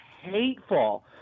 hateful